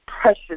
precious